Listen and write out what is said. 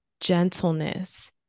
gentleness